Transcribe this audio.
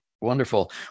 Wonderful